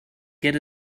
get